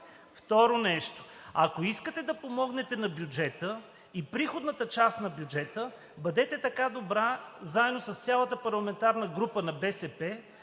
Второто, ако искате да помогнете на бюджета и приходната част на бюджета, бъдете така добра, заедно с цялата парламентарна група на „БСП